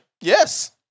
Yes